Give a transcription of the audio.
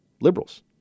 liberals